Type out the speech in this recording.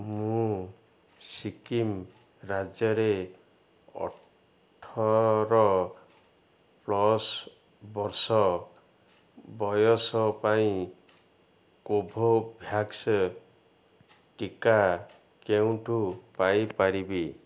ମୁଁ ସିକିମ୍ ରାଜ୍ୟରେ ଅଠର ପ୍ଲସ୍ ବର୍ଷ ବୟସ ପାଇଁ କୋଭୋଭ୍ୟାକ୍ସ ଟିକା କେଉଁଠୁ ପାଇ ପାରିବି